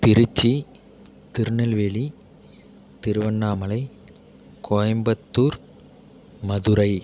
Trichy Tirunelveli Tiruvannamalai Coimbatore Madurai